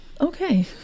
Okay